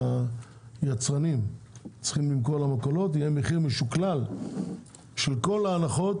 שהמחיר שהיצרנים צריכים למכור למכולות יהיה מחיר משוקלל של כל ההנחות,